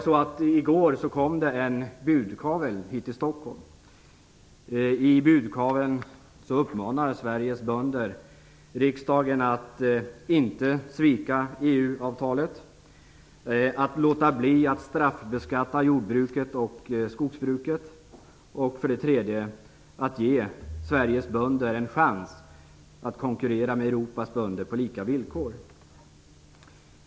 I går kom en budkavle hit till Stockholm, i vilken Sveriges bönder uppmanar riksdagen att inte svika EU-avtalet, att låta bli att straffbeskatta jordbruket och skogsbruket och slutligen att ge Sveriges bönder en chans att konkurrera med Europas bönder på lika villkor.